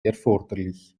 erforderlich